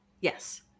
Yes